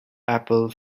apple